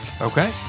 Okay